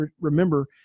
remember